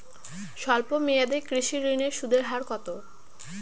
স্বল্প মেয়াদী কৃষি ঋণের সুদের হার কত?